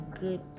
good